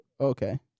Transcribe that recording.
okay